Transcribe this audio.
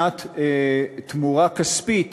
נתינת תמורה כספית